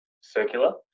circular